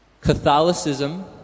Catholicism